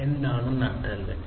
എന്താണ് നട്ടെല്ല്